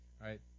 right